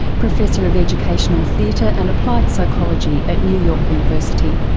professor of educational theatre and applied psychology at new york university.